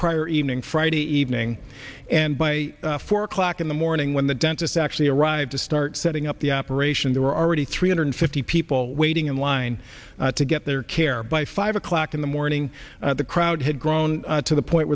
prior evening friday evening and by four o'clock in the morning when the dentist actually arrived to start setting up the operation there were already three hundred fifty people waiting in line to get their care by five o'clock in the morning the crowd had grown to the point